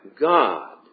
God